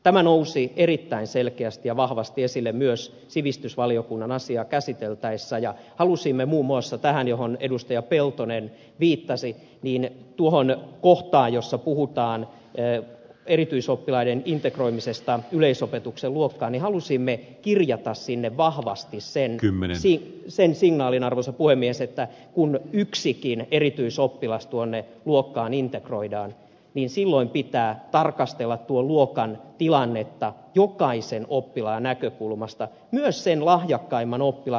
tämä nousi erittäin selkeästi ja vahvasti esille myös sivistysvaliokunnan käsitellessä asiaa ja halusimme muun muassa tuohon kohtaan johon edustaja peltonen viittasi jossa puhutaan erityisoppilaiden integroimisesta yleisopetuksen luokkaan kirjata vahvasti sen signaalin arvoisa puhemies että kun yksikin erityisoppilas tuonne luokkaan integroidaan niin silloin pitää tarkastella tuon luokan tilannetta jokaisen oppilaan näkökulmasta myös sen lahjakkaimman oppilaan